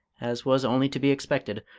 as was only to be expected,